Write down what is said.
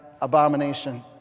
abomination